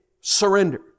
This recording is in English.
surrender